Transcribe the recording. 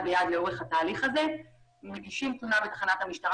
ביד לאורך התהליך הזה ומגישים תלונה בתחנת המשטרה